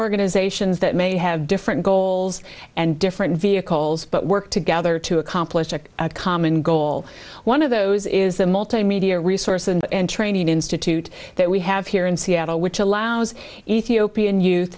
organizations that may have different goals and different vehicles but work together to accomplish a common goal one of those is the multimedia resource and training institute that we have here in seattle which allows ethiopian youth